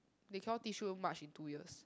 they cannot teach you much in two years